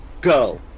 Go